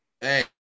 Hey